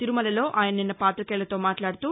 తిరుమలలో ఆయన నిన్న పాతికేయులతో మాట్లాదుతూ